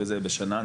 בשנה,